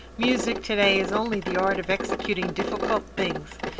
music, to-day, is only the art of executing difficult things,